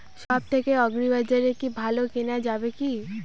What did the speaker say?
সব থেকে আগ্রিবাজারে কি ভালো কেনা যাবে কি?